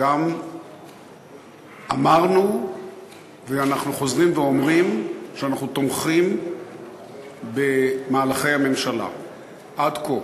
גם אמרנו ואנחנו חוזרים ואומרים שאנחנו תומכים במהלכי הממשלה עד כה.